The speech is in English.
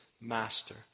Master